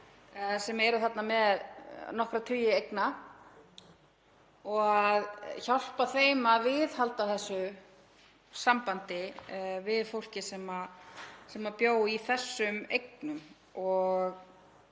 sem eru þarna með nokkra tugi eigna, og hjálpa þeim að viðhalda sambandinu við fólkið sem bjó í þessum eignum. Ég